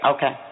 Okay